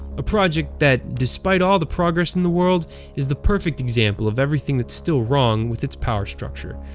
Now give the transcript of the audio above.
a project that despite all the progress in the world is the perfect example of everything that's still wrong with its power structure,